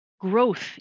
growth